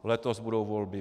Letos budou volby.